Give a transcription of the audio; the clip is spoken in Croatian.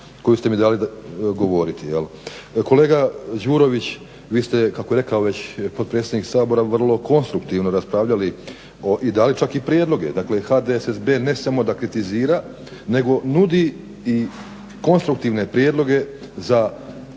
koju ste mi dali govoriti. Kolega Đurović, vi ste kako je rekao već potpredsjednik Sabora vrlo konstruktivno raspravljali i dali čak i prijedloge, dakle HDSSB ne samo da kritizira nego i nudi konstruktivne prijedloge ajde